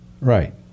Right